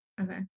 Okay